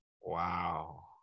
wow